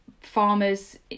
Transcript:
farmer's